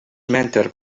mentored